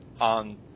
on